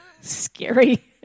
Scary